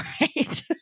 right